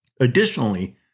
Additionally